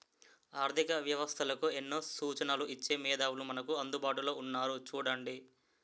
ఆర్థిక వ్యవస్థలకు ఎన్నో సూచనలు ఇచ్చే మేధావులు మనకు అందుబాటులో ఉన్నారు చూడండి